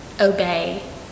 obey